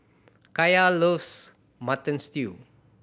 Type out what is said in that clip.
Kaya loves Mutton Stew